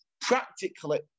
practically